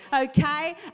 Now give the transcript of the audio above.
okay